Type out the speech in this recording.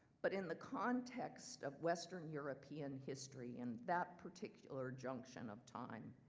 but in the context of western european history in that particular junction of time,